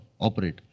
operate